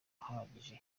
ahagije